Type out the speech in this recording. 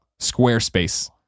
Squarespace